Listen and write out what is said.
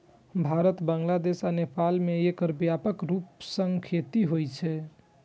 भारत, बांग्लादेश आ नेपाल मे एकर व्यापक रूप सं खेती होइ छै